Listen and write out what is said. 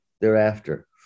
thereafter